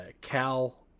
Cal